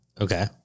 Okay